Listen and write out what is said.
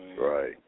Right